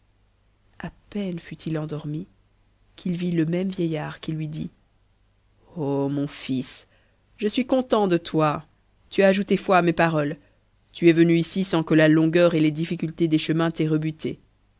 a peine fut-il endormi qu'il vit le même vieillard qui lui dit mon fils je suis content de toi tu as ajouté foi à mes paroles tu es venu ici sans que la longueur et les dhcuhés des chemins t'aient rebuté